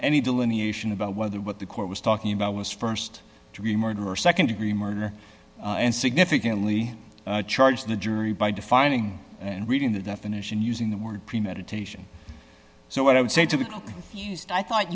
any delineation about whether what the court was talking about was st to be murder or nd degree murder and significantly charge the jury by defining and reading the definition using the word premeditation so what i would say to you i thought